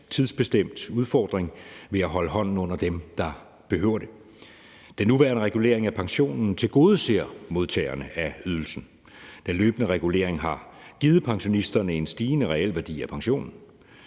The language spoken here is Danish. tidsbestemt udfordring ved at holde hånden under dem, der behøver det. Den nuværende regulering af pensionen tilgodeser modtagerne af ydelsen. Den løbende regulering har givet pensionisterne en stigende realværdi af pensionen.